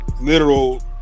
literal